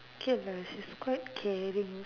okay lah she's quite caring